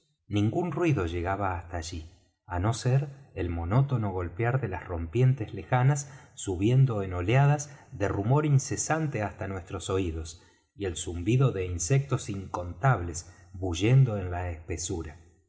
ningún ruido llegaba hasta allí á no ser el monótono golpear de las rompientes lejanas subiendo en oleadas de rumor incesante hasta nuestros oídos y el zumbido de insectos incontables bullendo en la espesura